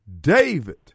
David